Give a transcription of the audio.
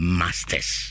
masters